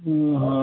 ଉଁ ହଁ